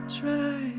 try